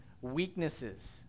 weaknesses